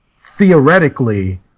Theoretically